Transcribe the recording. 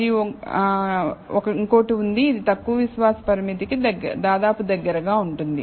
మరియు ఒకటి ఉంది ఇది తక్కువ విశ్వాస పరిమితి కి దాదాపు దగ్గరగా ఉంటుంది